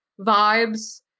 vibes